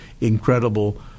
incredible